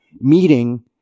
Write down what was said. meeting